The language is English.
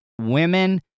Women